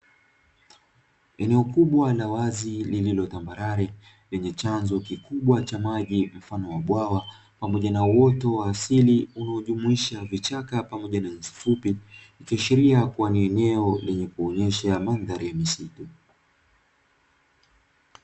Eneo kubwa la wazi lililo tambarare lenye chanzo kikubwa cha maji mfano wa bwawa pamoja na uoto wa asili uliojumuisha vichaka pamoja na nyasi fupi, ikiashiria kuwa ni eneo lenye kuonesha mandhari ya msitu.